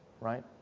Right